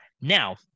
Now